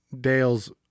Dale's